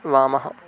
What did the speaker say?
वामः